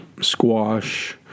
squash